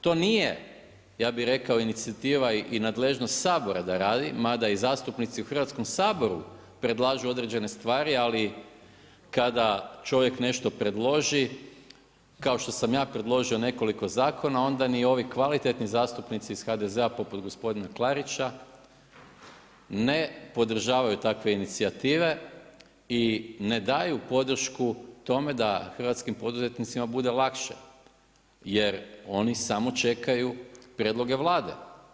To nije inicijativa i nadležnost Sabora da radi, mada i zastupnici u Hrvatskom saboru predlažu određene stvari ali kada čovjek nešto predloži kao što sam ja predložio nekoliko zakona, onda ni ovi kvalitetni zastupnici iz HDZ-a poput gospodina Klarića ne podržavaju takve inicijative i ne daju podršku tome da hrvatskim poduzetnicima bude lakše jer oni samo čekaju prijedloge Vlade.